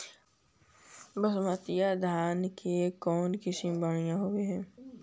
बासमती धान के कौन किसम बँढ़िया होब है?